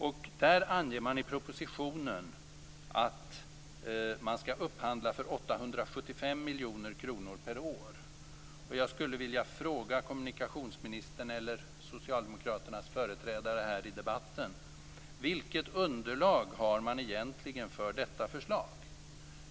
Man anger där i propositionen att man skall upphandla för 875 miljoner per år. Jag skulle vilja fråga kommunikationsministern eller socialdemokraternas företrädare här i debatten: Vilket underlag har man egentligen för detta förslag?